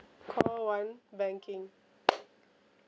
call one banking